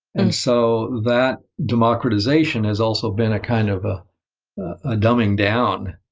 and so that democratization has also been a kind of ah a dumbing down,